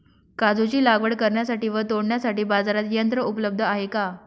काजूची लागवड करण्यासाठी व तोडण्यासाठी बाजारात यंत्र उपलब्ध आहे का?